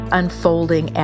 unfolding